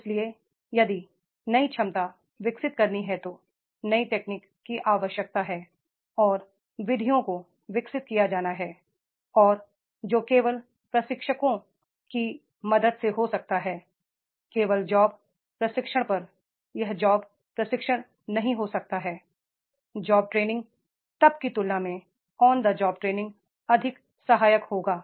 इसलिए यदि नई क्षमता विकसित करनी है तो नई टेक्निक की आवश्यकता है और विधियों को विकसित किया जाना है और जो केवल प्रशिक्षकों की मदद से हो सकता है केवल जॉब प्रशिक्षणपर यह जॉब प्रशिक्षणनहीं हो सकता है जॉब ट्रे निंग तब की तुलना में on the job training अधिक सहायक होगा